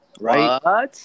Right